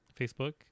Facebook